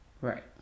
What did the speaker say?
Right